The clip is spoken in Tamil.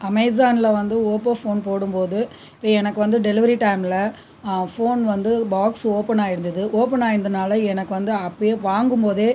அமேசானில் வந்து ஓப்போ ஃபோன் போடும் போது இப்போ எனக்கு வந்து டெலிவரி டைமில் ஃபோன் வந்து பாக்ஸ் ஓபன் ஆகிருந்தது ஓபன் ஆகியிருந்தனால எனக்கு வந்து அப்பயே வாங்கும் போதே